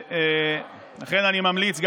לכן אני ממליץ,